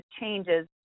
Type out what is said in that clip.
changes